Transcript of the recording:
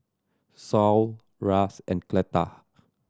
Saul Ras and Cleta